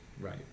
Right